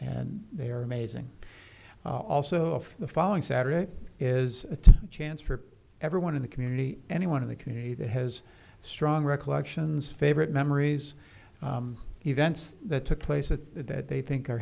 and they are amazing also of the following saturday is a chance for everyone in the community anyone of the community that has strong recollections favorite memories events that took place that they think are